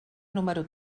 número